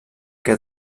que